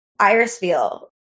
Irisville